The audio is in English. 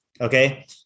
okay